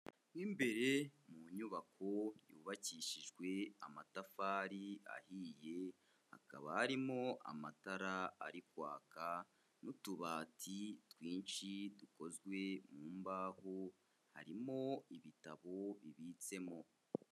Mu imbere mu nyubako yubakishijwe amatafari ahiye, hakaba harimo amatara ari kwaka n'utubati twinshi dukozwe mu mbaho, harimo ibitabo bibitsemo.